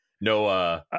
No